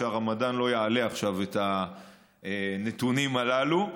שהרמדאן לא יעלה עכשיו את הנתונים הללו.